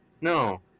no